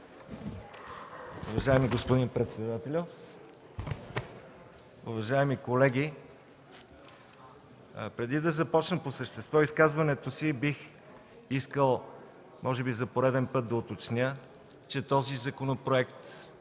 Уважаеми господин председател, уважаеми колеги! Преди да започнем изказването си по същество бих искал, може би за пореден път да уточня, че този законопроект